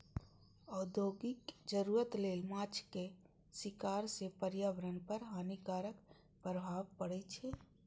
औद्योगिक जरूरत लेल माछक शिकार सं पर्यावरण पर हानिकारक प्रभाव पड़ै छै